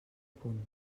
punt